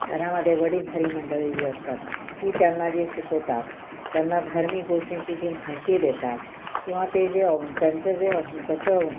घरामध्ये वडीलधारी मंडळी जी असतात ती त्यांना जे शिकवतात त्यांना धार्मिक गोष्टींची जी माहिती देतात किंवा ते जे त्यांचं जे जसं